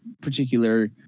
particular